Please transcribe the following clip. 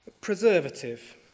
Preservative